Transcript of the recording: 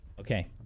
Okay